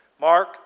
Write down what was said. Mark